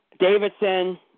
Davidson